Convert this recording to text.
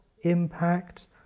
impact